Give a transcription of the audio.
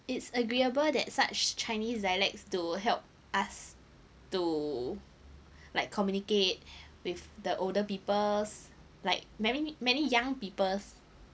it's agreeable that such chinese dialects to help us to like communicate with the older people like many many young people